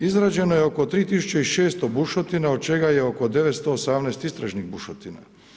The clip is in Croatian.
Izrađeno je oko 3 600 bušotina od čega je oko 918 istražnih bušotina.